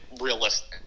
realistic